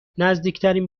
نزدیکترین